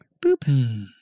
Boop